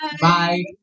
Bye